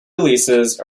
releases